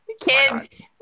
kids